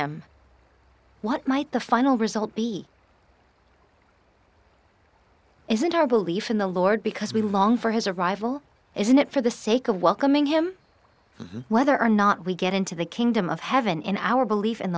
him what might the final result be isn't our belief in the lord because we long for his arrival isn't it for the sake of welcoming him whether or not we get into the kingdom of heaven in our belief